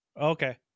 okay